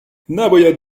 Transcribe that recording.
نباید